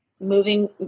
Moving